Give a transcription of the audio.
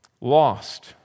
lost